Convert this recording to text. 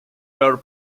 peor